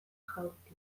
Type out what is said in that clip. jaurti